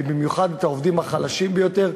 ובמיוחד את העובדים החלשים ביותר,